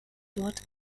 dort